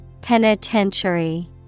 Penitentiary